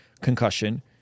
concussion